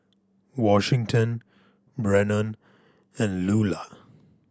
Washington Brennon and Luella